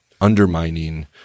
undermining